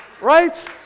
Right